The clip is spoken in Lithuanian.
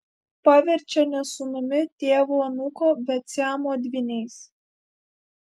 paverčia ne sūnumi tėvu anūku bet siamo dvyniais